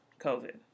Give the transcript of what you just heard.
COVID